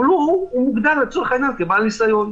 אבל הוא הוגדר לצורך העניין כבעל ניסיון.